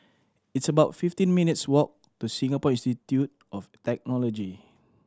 it's about fifteen minutes walk to Singapore Institute of Technology